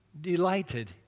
delighted